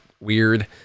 weird